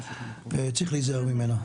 צריך להיזהר ממנה.